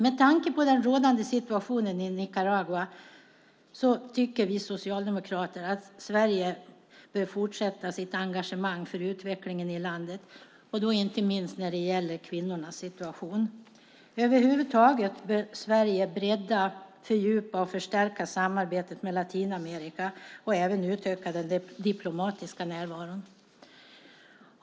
Med tanke på den rådande situationen i Nicaragua tycker vi socialdemokrater att Sverige bör fortsätta sitt engagemang för utvecklingen i landet inte minst vad gäller kvinnornas situation. Över huvud taget bör Sverige bredda, fördjupa och förstärka samarbetet med Latinamerika och även utöka den diplomatiska närvaron.